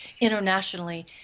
internationally